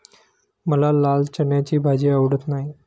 मला लाल चण्याची भाजी आवडत नाही